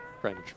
french